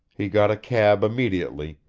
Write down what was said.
he got a cab immediately,